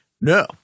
No